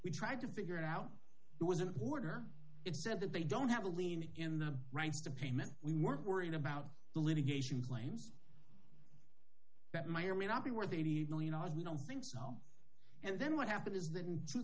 we tried to figure it out it was an order it said that they don't have a lien in the rights to payment we weren't worried about the litigation claims that may or may not be worth eighty million dollars we don't think so and then what happened is that in two